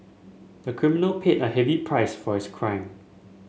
the criminal paid a heavy price for his crime